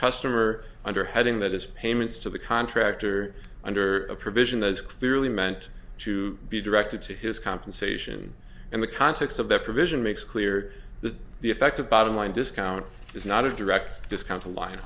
customer under heading that is payments to the contractor under a provision that is clearly meant to be directed to his compensation in the context of the provision makes clear that the effect of bottom line discount is not a direct discount to li